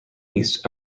east